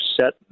set